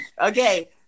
okay